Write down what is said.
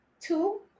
two